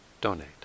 donate